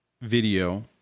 video